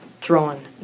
thrown